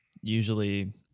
usually